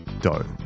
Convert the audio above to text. dough